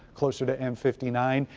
closer to m fifty nine.